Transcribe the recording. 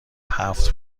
هفت